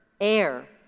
air